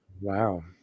Wow